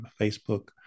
Facebook